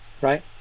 right